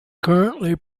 currently